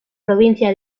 provincia